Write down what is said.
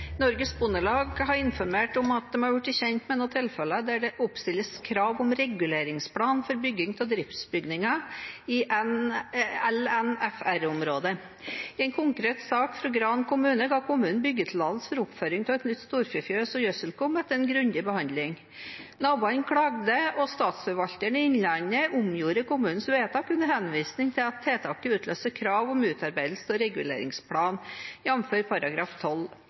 Bondelag har informert om flere tilfeller der statsforvalteren stiller krav om reguleringsplan for bygging av driftsbygning i LNFR-områder.» I en konkret sak i Gran kommune ga kommunen byggetillatelse til oppføring av et nytt storfefjøs og gjødselkum etter en grundig behandling. Naboene klagde, og statsforvalteren i Innlandet omgjorde kommunens vedtak under henvisning til at tiltaket utløste krav om utarbeidelse av reguleringsplan,